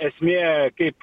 esmė kaip